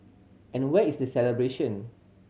and where is the celebration